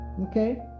okay